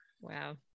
wow